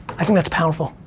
i think that's powerful.